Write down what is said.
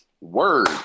Word